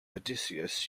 odysseus